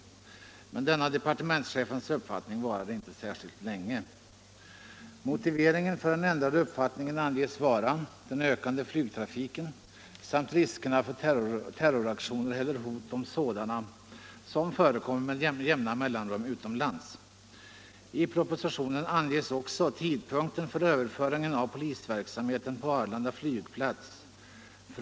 Men denna departementschefens uppfattning varade inte särskilt länge. Anledningen till den ändrade uppfattningen anges vara den ökande flygtrafiken samt risken för terroraktioner eller hot om sådana, vilket med jämna mellanrum förekommer utomlands.